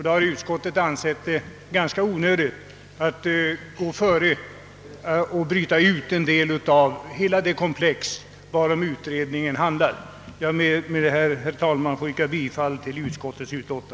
Då har utskottet ansett det ganska onödigt att gå före och bryta ut en del av hela det komplex varom utredningen handlar. Jag ber, herr talman, att få yrka bifall till utskottets hemställan.